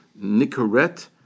Nicorette